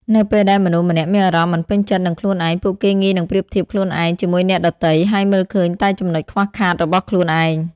នៅពេលដែលមនុស្សម្នាក់មានអារម្មណ៍មិនពេញចិត្តនឹងខ្លួនឯង ពួកគេងាយនឹងប្រៀបធៀបខ្លួនឯងជាមួយអ្នកដទៃ ហើយមើលឃើញតែចំណុចខ្វះខាតរបស់ខ្លួនឯង។